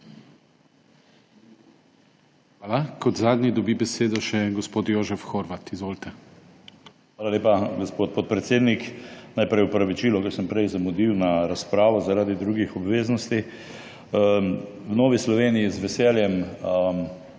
Hvala. Kot zadnji dobi besedo še gospod Jožef Horvat. Izvolite. JOŽEF HORVAT (PS NSi): Hvala lepa, gospod podpredsednik. Najprej opravičilo, ker sem prej zamudil na razpravo zaradi drugih obveznosti. V Novi Sloveniji z veseljem